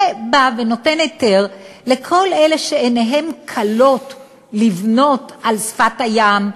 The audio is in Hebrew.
זה נותן היתר לכל אלה שעיניהם כלות לבנות על שפת הים,